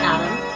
Adam